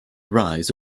rise